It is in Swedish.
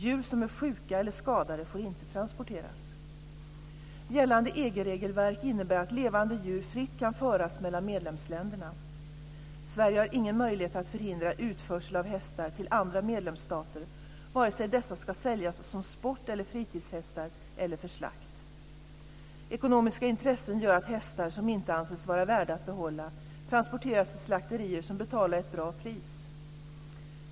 Djur som är sjuka eller skadade får inte transporteras. Gällande EG-regelverk innebär att levande djur fritt kan föras mellan medlemsländerna. Sverige har ingen möjlighet att förhindra utförsel av hästar till andra medlemsstater vare sig dessa ska säljas som sport och fritidshästar eller för slakt. Ekonomiska intressen gör att hästar, som inte anses vara värda att behålla, transporteras till slakterier som betalar ett bra pris.